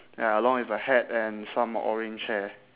ya along with a hat and some orange hair